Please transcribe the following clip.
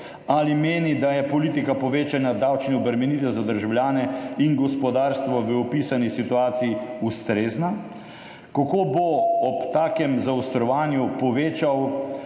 Ali meni, da je politika povečanja davčnih obremenitev za državljane in gospodarstvo v opisani situaciji ustrezna? Kako bo ob takem zaostrovanju povečal